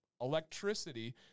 electricity